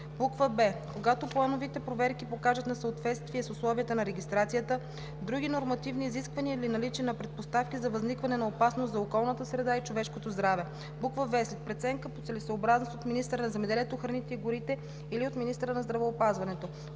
роза; б) когато плановите проверки покажат несъответствие с условията на регистрацията, други нормативни изисквания или наличие на предпоставки за възникване на опасност за околната среда и човешкото здраве; в) след преценка по целесъобразност от министъра на земеделието, храните и горите или от министъра на здравеопазването;